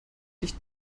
dicht